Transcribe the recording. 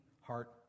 heart